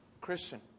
Christian